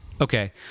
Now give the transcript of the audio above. Okay